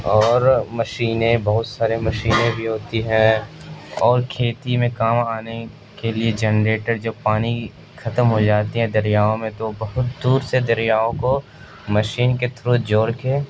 اور مشینیں بہت سارے مشینیں بھی ہوتی ہیں اور کھیتی میں کام آنے کے لیے جنریٹر جو پانی ختم ہو جاتی ہیں دریاؤں میں تو بہت دور سے دریاؤں کو مشین کے تھرو جوڑ کے